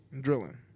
Drilling